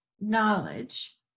knowledge